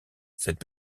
cette